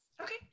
Okay